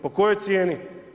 Po kojoj cijeni?